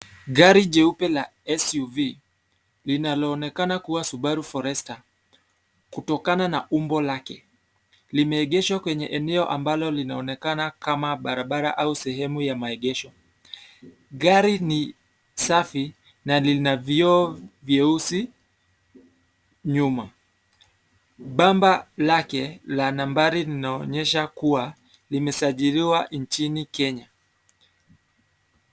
Gari jeupe la SUV linalonekana kuwa Subaru Forester kutokana na umbo lake limeegeshwa kwenye eneo ambalo linaonekana kama barabara au sehemu ya maegesho. Gari ni safi na lina vioo vyeusi nyuma. Bamba lake la nambari linaonyesha kuwa limesajiliwa nchini Kenya